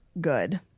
good